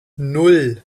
nan